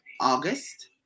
August